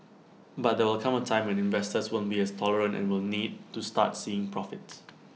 but there will come A time when investors won't be as tolerant and will need to start seeing profits